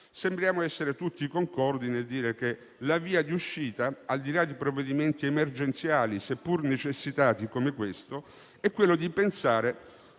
sembriamo essere tutti concordi nel dire che la via d'uscita, al di là di provvedimenti emergenziali seppur necessitati come questo, è pensare